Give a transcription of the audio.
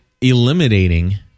eliminating